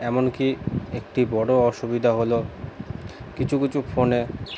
এমনকি একটি বড়ো অসুবিধা হলো কিছু কিছু ফোনে